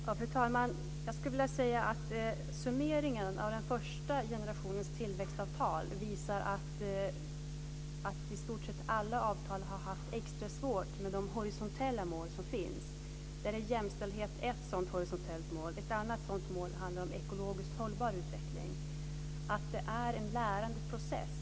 Fru talman! Jag skulle vilja säga att summeringen av den första generationens tillväxtavtal visar att man i stort sett alla avtal har haft extra svårt med de horisontella mål som finns. Jämställdhet är ett sådant horisontellt mål. Ett annat sådant mål handlar om ekologiskt hållbar utveckling. Det är en lärande process.